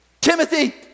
Timothy